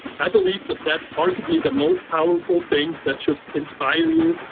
i believe that that's arguably the most powerful thing that should inspire you,